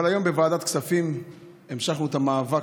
אבל היום בוועדת כספים המשכנו את המאבק